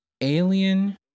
alien